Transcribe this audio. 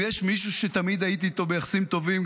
אם יש מישהו שתמיד הייתי איתו ביחסים טובים,